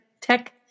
tech